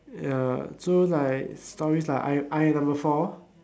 ya so like stories like I I am number four